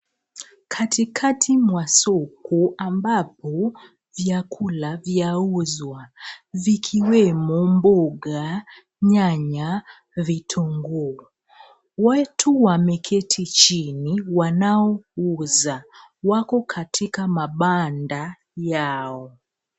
Katikati mwa soko ambapo vyakula vya vyauzwa vikiwemo mboga, nyanya vitunguu. Watu wameketi chini wanaouza wako katika mabanda yao.